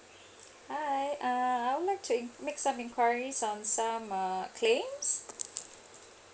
hi uh I would like to make some enquiry on some um claims